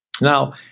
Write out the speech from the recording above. now